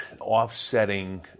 offsetting